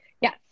yes